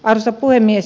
arvoisa puhemies